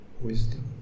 wisdom